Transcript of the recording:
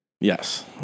Yes